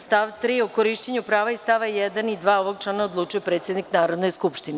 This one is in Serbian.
Stav 3. o korišćenju prava iz stava 1. i 2. ovog člana odlučuje predsednik Narodne skupštine.